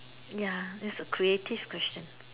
ya that's a creative question